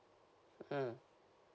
mm